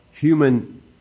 human